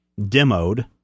demoed